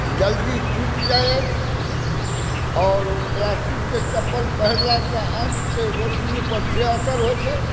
जल्दी टूटि जाइत अछि आओर ओ प्लास्टिकके चप्पल पहिरलासंँ आँखिक रौशनी पर से असर होइत छै